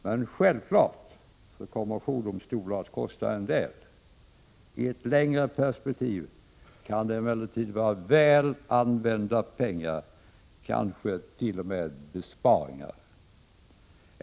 Men självfallet kommer jourdomstolar att kosta en del. I ett längre perspektiv kan det emellertid vara väl använda pengar — kanske t.o.m. besparingar kan göras.